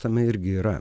tame irgi yra